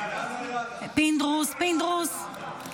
פינדרוס, פינדרוס.